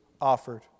offered